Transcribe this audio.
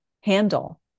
handle